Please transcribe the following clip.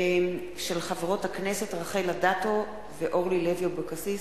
הצעותיהן של חברות הכנסת רחל אדטו ואורלי לוי אבקסיס.